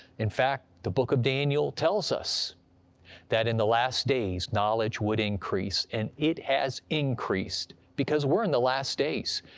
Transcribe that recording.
in fact, the book of daniel tells us that in the last days knowledge would increase, and it has increased because we're in the last days,